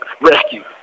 rescue